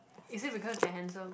is it because they are handsome